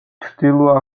ჩრდილო